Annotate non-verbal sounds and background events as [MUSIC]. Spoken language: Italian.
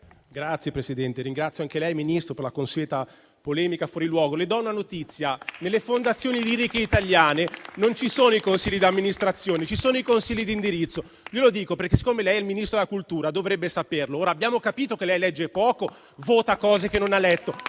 Signor Presidente, ringrazio il Ministro per la consueta polemica fuori luogo. [APPLAUSE] Le do una notizia: nelle fondazioni liriche italiane non ci sono i consigli d'amministrazione, ma i consigli di indirizzo. Glielo dico perché lei è il Ministro della cultura e dovrebbe saperlo. Abbiamo capito che lei legge poco e vota cose che non ha letto,